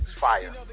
fire